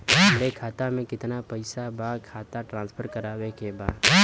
हमारे खाता में कितना पैसा बा खाता ट्रांसफर करावे के बा?